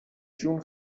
جون